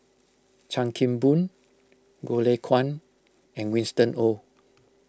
Chan Kim Boon Goh Lay Kuan and Winston Oh